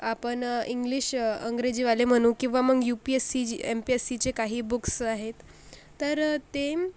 आपण इंग्लिश अंग्रेजीवाले म्हनू किंवा मग U P S C G M P S सीचे काही बुक्स आहेत तर ते